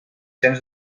cents